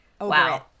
Wow